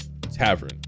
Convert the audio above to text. tavern